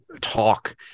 talk